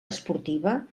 esportiva